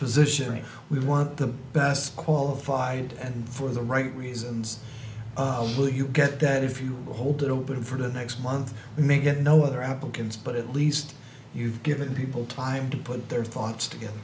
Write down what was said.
position we want the best qualified and for the right reasons will you get that if you hold it open for the next month may get no other applicants but at least you've given people time to put their thoughts together